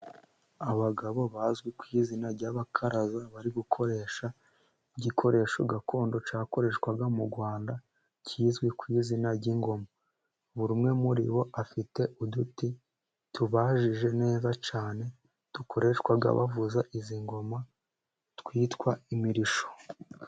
Abagabo bazwi ku izina ry'abakaraza, bari gukoresha igikoresho gakondo cyakoreshwaga mu Rwanda, kizwi ku izina ry'ingoma. Buri umwe muri bo afite uduti tubaje neza cyane, dukoreshwa bavuza izi ngoma twitwa imirisho.